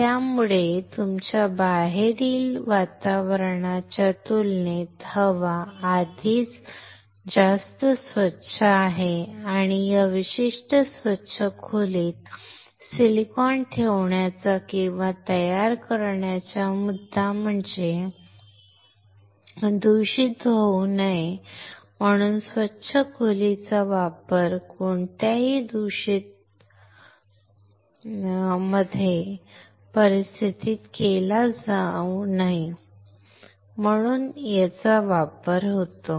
त्यामुळे तुमच्या बाहेरील वातावरणाच्या तुलनेत हवा आधीच जास्त स्वच्छ आहे आणि या विशिष्ट स्वच्छ खोलीत सिलिकॉन ठेवण्याचा किंवा तयार करण्याचा मुद्दा म्हणजे दूषित होऊ नये म्हणून स्वच्छ खोलीचा वापर कोणत्याही दूषित होऊ नये म्हणून केला जातो